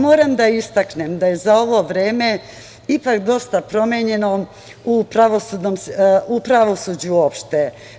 Moram da istaknem da je za ovo vreme ipak dosta promenjeno u pravosuđu u opšte.